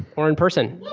or in person.